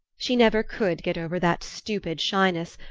she never could get over that stupid shyness,